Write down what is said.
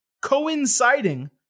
coinciding